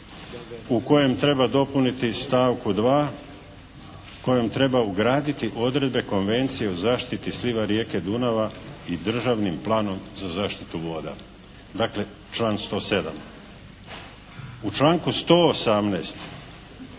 u kojem treba dopuniti stavku 2. kojom treba ugraditi odredbe konvencije o zaštiti sliva rijeke Dunava i državnim planom za zaštitu voda. Dakle, član 107. U članku 118.